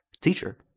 teacher